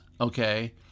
Okay